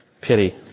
pity